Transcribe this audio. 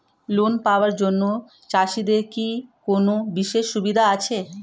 Loan পাওয়ার জন্য চাষিদের কি কোনো বিশেষ সুবিধা আছে?